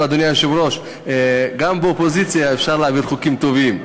אדוני היושב-ראש: גם באופוזיציה אפשר להעביר חוקים טובים.